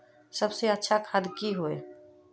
सबसे अच्छा खाद की होय?